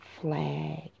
flag